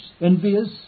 envious